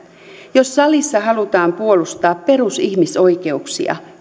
jos salissa halutaan puolustaa perusihmisoikeuksia